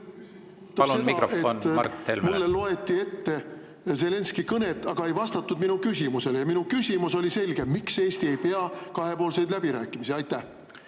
Palun mikrofon Mart Helmele. Mulle loeti ette Zelenskõi kõnet, aga ei vastatud mu küsimusele. Ja mu küsimus oli selge: miks Eesti ei pea kahepoolseid läbirääkimisi?